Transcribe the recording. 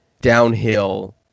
downhill